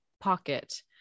pocket